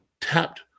tapped